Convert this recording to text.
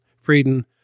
Frieden